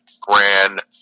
Grand